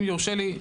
אם יורשה לי,